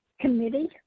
committee